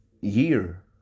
year